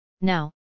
now